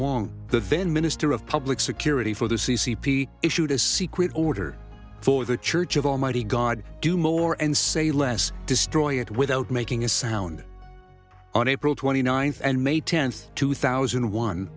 van minister of public security for the c c p issued a secret order for the church of almighty god do more and say less destroy it without making a sound on april twenty ninth and may tenth two thousand